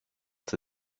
the